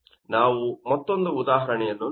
ನಾವು ಮತ್ತೊಂದು ಉದಾಹರಣೆಯನ್ನು ನೋಡೋಣ